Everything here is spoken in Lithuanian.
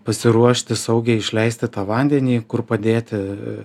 pasiruošti saugiai išleisti tą vandenį kur padėti